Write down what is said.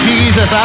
Jesus